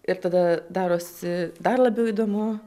ir tada darosi dar labiau įdomu